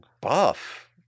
buff